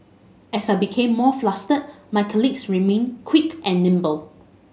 as I became more flustered my colleagues remained quick and nimble